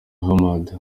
hamad